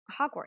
Hogwarts